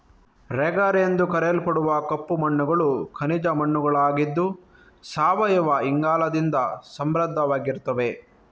ರೆಗರ್ ಎಂದು ಕರೆಯಲ್ಪಡುವ ಕಪ್ಪು ಮಣ್ಣುಗಳು ಖನಿಜ ಮಣ್ಣುಗಳಾಗಿದ್ದು ಸಾವಯವ ಇಂಗಾಲದಿಂದ ಸಮೃದ್ಧವಾಗಿರ್ತವೆ